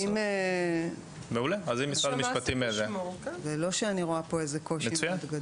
אני לא רואה פה קושי גדול.